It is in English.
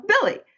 Billy